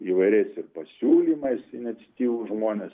įvairiais ir pasiūlymais iniciatyvūs žmonės